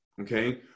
okay